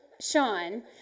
Sean